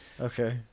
Okay